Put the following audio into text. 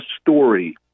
story